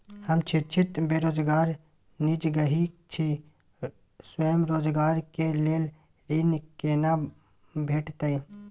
हम शिक्षित बेरोजगार निजगही छी, स्वरोजगार के लेल ऋण केना भेटतै?